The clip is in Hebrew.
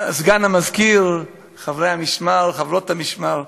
סגן המזכירה, חברי המשמר, חברות המשמר,